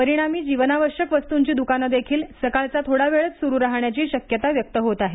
परिणामी जीवनावश्यक वस्तूंची दुकाने देखील सकाळचा थोडा वेळच सुरू राहण्याची शक्यता व्यक्त होत आहे